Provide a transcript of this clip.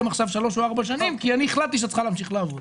עכשיו שלוש או ארבע שנים כי אני החלטתי שאת צריכה להמשיך לעבוד.